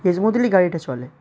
smoothly গাড়িটা চলে